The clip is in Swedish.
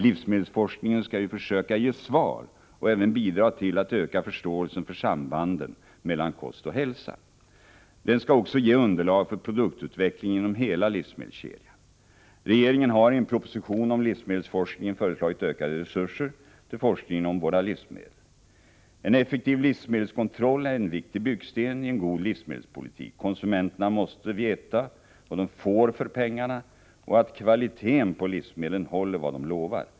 Livsmedelsforskningen skall ju försöka ge svar och även bidra till att öka förståelsen för sambanden mellan kost och hälsa. Den skall också ge underlag för produktutveckling inom hela livsmedelskedjan. Regeringen har i en proposition om livsmedelsforskningen föreslagit ökade resurser till forskningen om våra livsmedel. En effektiv livsmedelskontroll är en viktig byggsten i en god livsmedelspolitik. Konsumenterna måste veta vad de får för pengarna och att kvaliteten på livsmedlen håller vad de lovar.